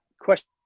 question